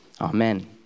Amen